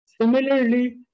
Similarly